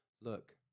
look